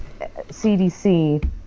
CDC